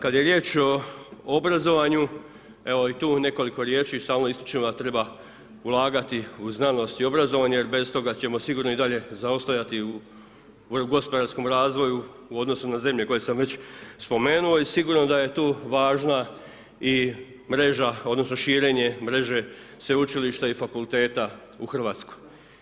Kad je riječ o obrazovanju, evo i tu nekoliko riječi, samo ističem da treba ulagati u znanost i obrazovanje, jer bez toga ćemo sigurno i dalje zaostajati u gospodarskom razvoju, u odnosu na zemlje koje sam već spomenuo i sigurno da je tu važna i mreža odnosno širenje mreže Sveučilišta i Fakulteta u Hrvatskoj.